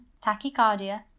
tachycardia